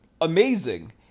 amazing